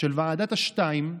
של ועדת השתיים,